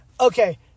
Okay